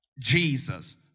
Jesus